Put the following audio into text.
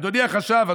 אדוני החשב,